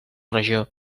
regió